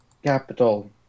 Capital